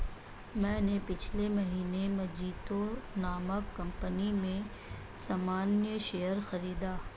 मैंने पिछले महीने मजीतो नामक कंपनी में सामान्य शेयर खरीदा